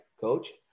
coach